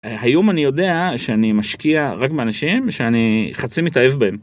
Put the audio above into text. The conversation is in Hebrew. היום אני יודע שאני משקיע רק באנשים שאני חצי מתאהב בהם.